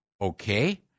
okay